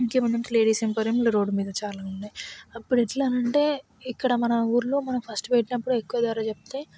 ఇంకా ముందర లేడీస్ ఎంపోరియంలు రోడ్దు మీద చాలా ఉన్నాయి అప్పుడు ఎట్ల అనంటే ఇక్కడ మన ఊరిలో మనం ఫస్ట్ పెట్టినప్పుడు ఎక్కువ ధర చెప్తే వాళ్ళు